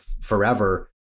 forever